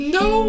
no